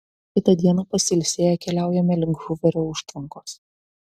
kitą dieną pasiilsėję keliaujame link huverio užtvankos